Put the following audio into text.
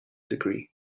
degree